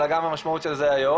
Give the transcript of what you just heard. אלא גם למשמעות של זה היום.